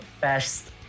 best